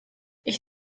ich